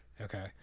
Okay